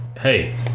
Hey